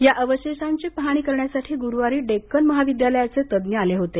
या अवशेषांची पहाणी करण्यासाठी गुरुवारी डेक्कन महाविद्यालया चे तज्ञ आले होते